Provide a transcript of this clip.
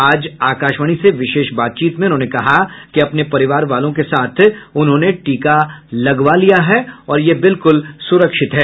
आज आकाशवाणी से विशेष बातचीत में उन्होंने कहा कि अपने परिवार वालों के साथ उन्होंने टीका लगवा लिया है और यह बिल्कुल सुरक्षित है